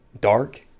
Dark